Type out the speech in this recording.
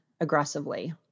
aggressively